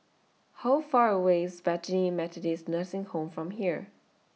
How Far away IS Bethany Methodist Nursing Home from here